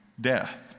death